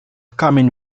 kamień